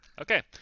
Okay